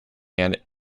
and